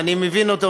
ואני מבין אותו,